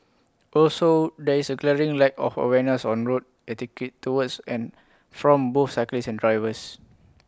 also there is A glaring lack of awareness on road etiquette towards and from both cyclists and drivers